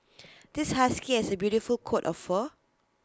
this husky has A beautiful coat of fur